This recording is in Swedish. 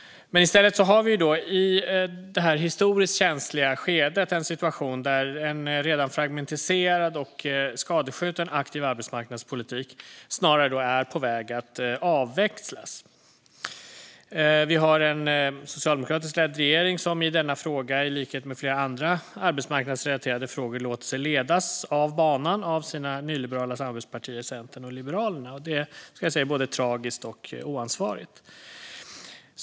I stället har vi, i detta historiskt känsliga skede, en situation där den redan fragmentiserade och skadeskjutna aktiva arbetsmarknadspolitiken snarare är på väg att avvecklas. Vi har en socialdemokratiskt ledd regering som i denna fråga, i likhet med flera andra arbetsmarknadsrelaterade frågor, låter sig ledas av banan av sina nyliberala samarbetspartier Centern och Liberalerna. Det är både tragiskt och oansvarigt.